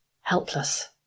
helpless